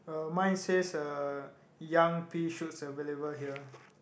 uh mine says uh young pea shoots available here